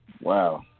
Wow